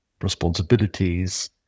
responsibilities